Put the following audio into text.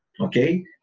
okay